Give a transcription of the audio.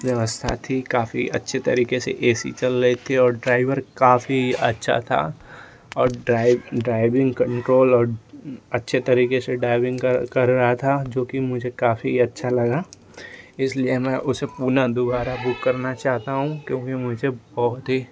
व्यवस्था थी काफी अच्छे तरीके से ए सी चल रही थी और ड्राइवर काफी अच्छा था और ड्राइविंग कंट्रोल अच्छे तरीके से ड्राइविंग कर रहा था जो कि मुझे काफी अच्छा लगा इसलिए मैं उसे पुनः दुबारा बुक करना चाहता हूँ क्योंकि मुझे बहुत ही